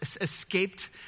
escaped